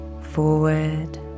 forward